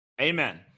Amen